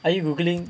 are you googling